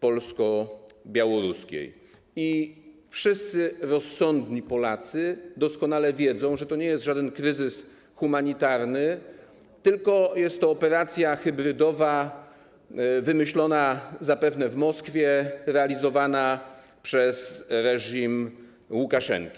polsko-białoruskiej i wszyscy rozsądni Polacy doskonale wiedzą, że to nie jest żaden kryzys humanitarny, tylko jest to operacja hybrydowa, wymyślona zapewne w Moskwie, realizowana przez reżim Łukaszenki.